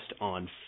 on